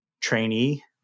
Trainee